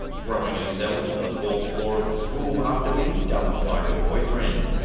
throwing herself from the fourth floor of the school, after being dumped by her boyfriend.